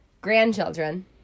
Grandchildren